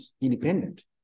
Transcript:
independent